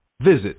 visit